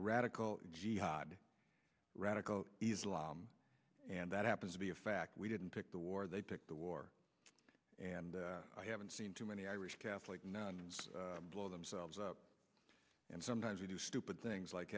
radical jihad radical islam and that happens to be a fact we didn't pick the war they picked the war and i haven't seen too many irish catholic nuns blow themselves up and sometimes we do stupid things like